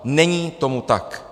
Není tomu tak.